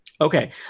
Okay